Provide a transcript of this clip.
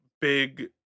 big